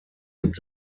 gibt